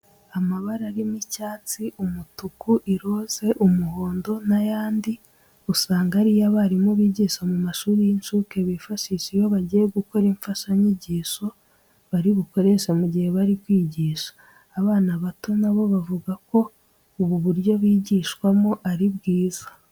Amabara arimo icyatsi, umutuku, iroze, umuhondo n'ayandi usanga ari yo abarimu bigisha mu mashuri y'incuke bifashisha iyo bagiye gukora imfashanyigisho bari bukoreshe mu gihe bari kwigisha. Abana bato na bo bavuga ko ubu buryo bigishwamo ari bwiza.